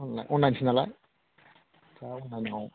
अनलाइसो नालाय दा अनलाइनाव